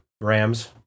Rams